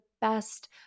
best